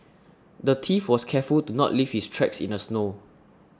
the thief was careful to not leave his tracks in the snow